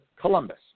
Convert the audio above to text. Columbus